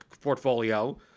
portfolio